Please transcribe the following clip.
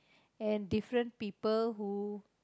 and different people who